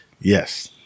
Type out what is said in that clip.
yes